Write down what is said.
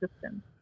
system